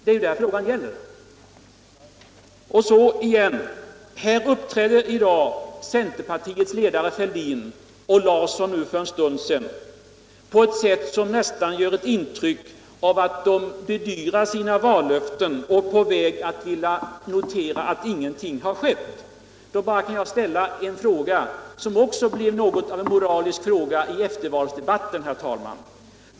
Här uppträder i dag cemerpartuets ledare herr Fälldin på ett sätt som nästan gör intryck av att han bedyrar sina vallöften och är på väg att notera attl ingenting har skett. Då vill jag ställa en fråga som också blev något av en moralisk fråga i eftervalsdebatten, herr talman.